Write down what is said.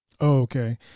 okay